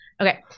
Okay